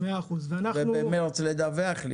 ובמרץ לדווח לי.